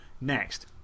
next